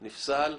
נפסל,